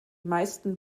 meisten